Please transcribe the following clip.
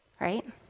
right